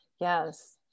yes